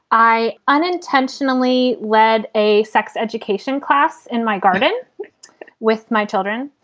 i unintentionally led a sex education class in my garden with my children.